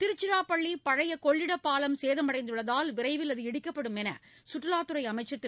திருச்சிராப்பள்ளி பழைய கொள்ளிடப்பாலம் சேதமடைந்துள்ளதால் விரைவில் இடிக்கப்படும் என்று சுற்றுலாத்துறை அமைச்சர் திரு